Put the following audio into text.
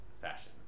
fashion